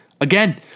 Again